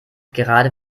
gerade